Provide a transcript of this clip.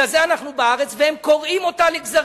בגלל זה אנחנו בארץ, והם קורעים אותה לגזרים.